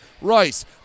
Rice